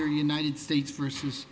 united states versus